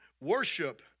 Worship